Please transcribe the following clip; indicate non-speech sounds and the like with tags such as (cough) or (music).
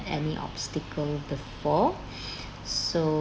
any obstacle before (breath) so